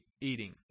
eating